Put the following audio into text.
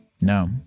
No